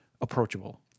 approachable